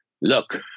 look